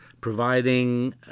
providing